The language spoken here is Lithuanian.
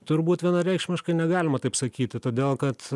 turbūt vienareikšmiškai negalima taip sakyti todėl kad